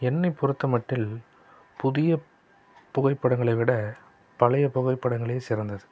என்னை பொறுத்தமாட்டில் புதியப் புகைப்படங்களை விட பழையப் புகைப்படங்கள் சிறந்தது